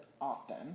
often